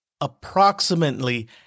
approximately